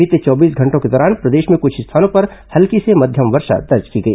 बीते चौबीस घंटों के दौरान प्रदेश में कुछ स्थानों पर हल्की से मध्यम वर्षा दर्ज की गई